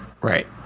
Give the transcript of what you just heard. right